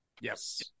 Yes